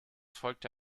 folgte